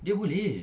dia boleh